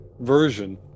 version